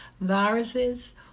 viruses